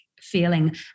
feeling